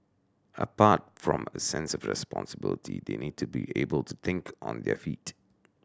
apart from a sense of responsibility they need to be able to think on their feet